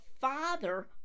father